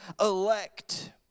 elect